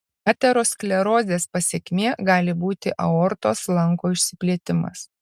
aterosklerozės pasekmė gali būti aortos lanko išsiplėtimas